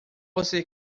você